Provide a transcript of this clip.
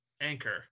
Anchor